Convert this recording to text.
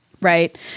Right